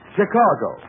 Chicago